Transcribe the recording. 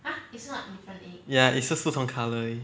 ya it's just 不同 colour 而已